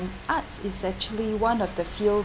arts is actually one of the few